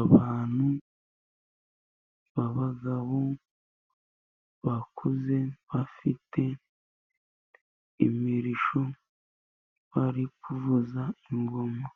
Abantu b'abagabo bakuze, bafite imirishyo, bari kuvuza ingoma.